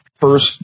first